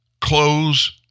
Close